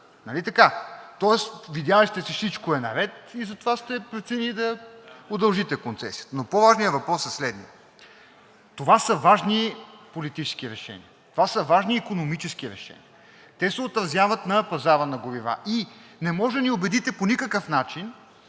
Нали така? Тоест, видели сте, че всичко е наред, и затова сте преценили да удължите концесията?! Но по-важният въпрос е следният. Това са важни политически решения, това са важни икономически решения, те се отразяват на пазара на горива и не може да ни убедите по никакъв начин,